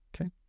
okay